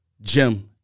Jim